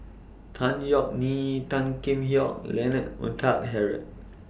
Tan Yeok Nee Tan Kheam Hock Leonard Montague Harrod